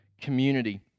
community